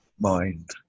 mind